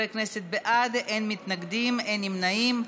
70 חברי כנסת בעד, אין מתנגדים, אין נמנעים.